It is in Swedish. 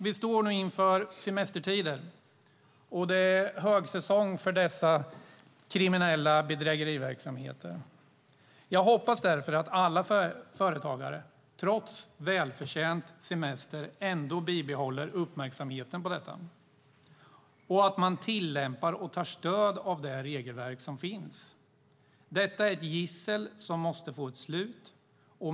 Vi står nu inför semestertider, och det är högsäsong för dessa kriminella bedrägeriverksamheter. Jag hoppas därför att alla företagare trots välförtjänt semester bibehåller uppmärksamheten på detta och tillämpar och tar stöd av det regelverk som finns. Detta är ett gissel som måste få ett slut.